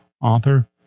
author